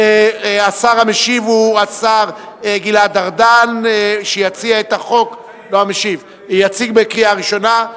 השר גלעד ארדן יציג את הצעת החוק לקריאה ראשונה.